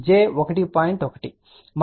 1 మనం j 1